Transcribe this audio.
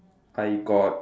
I got